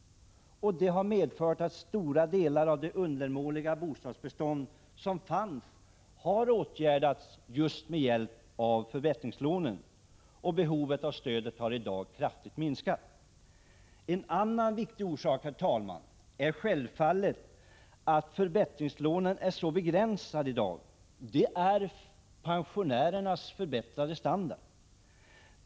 Det har medfört att stora delar av det undermåliga bostadsbestånd som då fanns har åtgärdats med hjälp av förbättringslån, och behovet av stöd har därigenom kraftigt minskat. En annan viktig orsak till att efterfrågan på förbättringslån är så begränsad i dag är pensionärernas förbättrade standard.